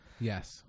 Yes